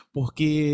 Porque